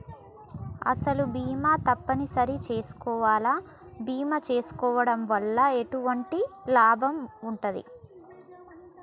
అసలు బీమా తప్పని సరి చేసుకోవాలా? బీమా చేసుకోవడం వల్ల ఎటువంటి లాభం ఉంటది?